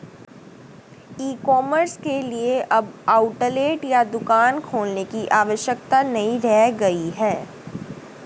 ई commerce के लिए अब आउटलेट या दुकान खोलने की आवश्यकता नहीं रह गई है